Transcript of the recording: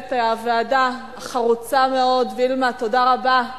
למנהלת הוועדה החרוצה מאוד, וילמה, תודה רבה,